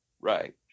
right